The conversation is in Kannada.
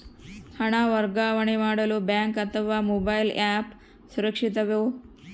ಹಣ ವರ್ಗಾವಣೆ ಮಾಡಲು ಬ್ಯಾಂಕ್ ಅಥವಾ ಮೋಬೈಲ್ ಆ್ಯಪ್ ಸುರಕ್ಷಿತವೋ?